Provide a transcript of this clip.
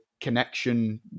connection